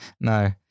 No